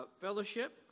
fellowship